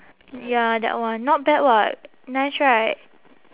ya that one not bad [what] nice right